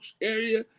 area